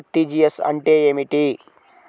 RTGS అంటే ఏమిటి?